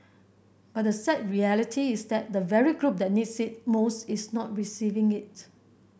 but the sad reality is that the very group that needs it most is not receiving it